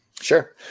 Sure